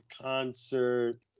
concert